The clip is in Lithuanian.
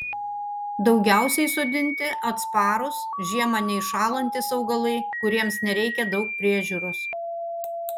daugiausiai sodinti atsparūs žiemą neiššąlantys augalai kuriems nereikia daug priežiūros